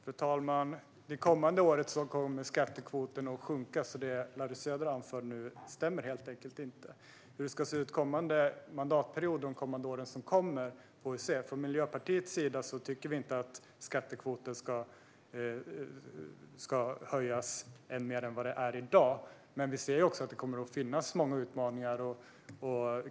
Fru talman! Det kommande året kommer skattekvoten att sjunka, så det som Larry Söder anför nu stämmer helt enkelt inte. Hur det ska se ut kommande mandatperiod får vi se. Från Miljöpartiets sida tycker vi inte att skattekvoten ska vara högre än vad den är i dag. Men det kommer att finnas många utmaningar.